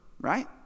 right